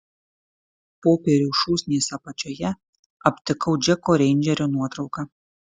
popierių šūsnies apačioje aptikau džeko reindžerio nuotrauką